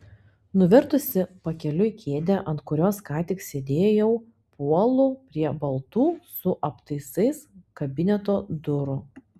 nuvertusi pakeliui kėdę ant kurios ką tik sėdėjau puolu prie baltų su aptaisais kabineto durų